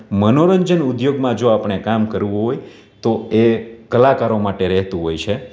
મનોરંજન ઉદ્યોગમાં જો આપણે કામ કરવું હોય તો એ કલાકારો માટે રહેતું હોય છે